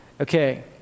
Okay